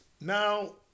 Now